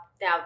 now